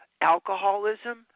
alcoholism